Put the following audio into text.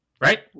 Right